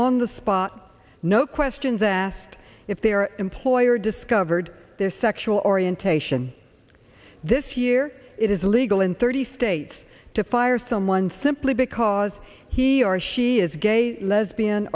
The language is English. on the spot no questions asked if their employer discovered their sexual orientation this year it is illegal in third states to fire someone simply because he or she is gay lesbian